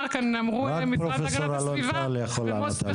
רק אלון טל יכול לענות על זה.